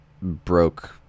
broke